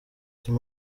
team